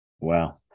Wow